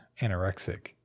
anorexic